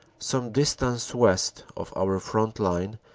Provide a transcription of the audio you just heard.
some distance west of our front line,